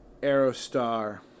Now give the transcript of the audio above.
aerostar